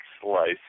slice